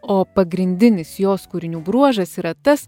o pagrindinis jos kūrinių bruožas yra tas